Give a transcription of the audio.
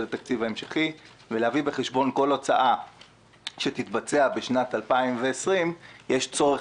התקציב ההמשכי ולהביא בחשבון כל הוצאה שתתבצע בשנת 2020. יש צורך